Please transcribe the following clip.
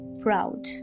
proud